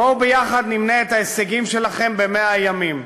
בואו נמנה יחד את ההישגים שלכם ב-100 הימים: